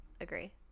Agree